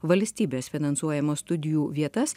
valstybės finansuojamas studijų vietas